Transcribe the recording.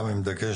גם עם דגש,